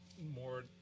more